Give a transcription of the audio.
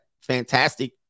fantastic